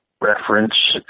reference